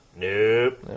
Nope